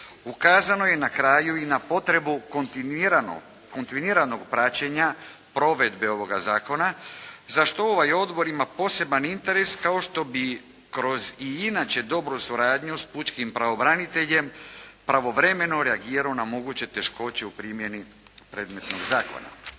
Ukazano je na kraju i na potrebu kontinuiranog praćenja provedbe ovoga zakona za što ovaj odbor ima poseban interes kao što bi kroz i inače dobru suradnju s pučkim pravobraniteljem pravovremeno reagirao na moguće teškoće u primjeni predmetnog zakona.